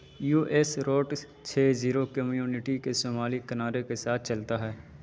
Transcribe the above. you S routes چھ zero community کے شمالی کنارے کے ساتھ چلتا ہے